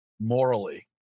morally